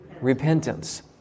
Repentance